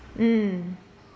mm